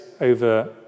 over